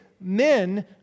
men